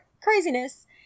craziness